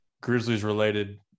Grizzlies-related